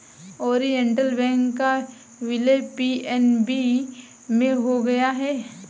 Oriental bank का विलय PNB में हो गया है